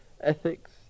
ethics